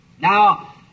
Now